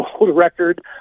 record